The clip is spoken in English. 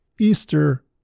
Easter